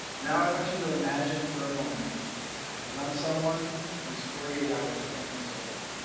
now i want you to imagine for a moment that i'm someone who's forty eight hours clean and sober,